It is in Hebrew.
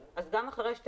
מה את רוצה להוסיף?